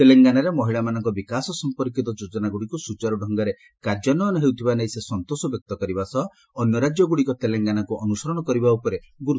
ତେଲଙ୍ଗାରେ ମହିଳାମାନଙ୍କ ବିକାଶ ସମ୍ପର୍କିତ ଯୋଜନାଗୁଡ଼ିକ ସୁଚାରୁ ଡଙ୍ଗରେ କାର୍ଯ୍ୟାନ୍ୱୟନ ହେଉଥିବା ନେଇ ସେ ସନ୍ତୋଷ ବ୍ୟକ୍ତ କରିବା ସହ ଅନ୍ୟ ରାଜ୍ୟଗୁଡ଼ିକ ତେଲଙ୍ଗାନାକୁ ଅନୁସରଣ କରିବା ଉପରେ ଗୁରୁତ୍ୱାରୋପ କରିଛନ୍ତି